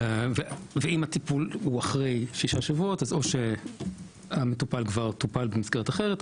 אם הטיפול הוא אחרי שישה שבועות אז או שהמטופל כבר טופל במסגרת אחרת,